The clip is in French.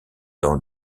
dans